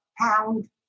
pound